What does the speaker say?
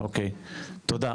תודה.